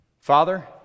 Father